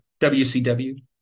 WCW